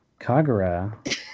Kagura